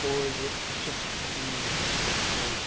or is it just that he's this great